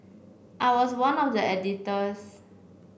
I was one of the editors